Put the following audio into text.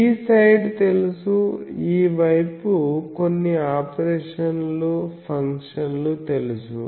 ఈ సైడ్ తెలుసు ఈ వైపు కొన్ని ఆపరేషన్లు ఫంక్షన్ తెలుసు